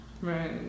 Right